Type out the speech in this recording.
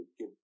give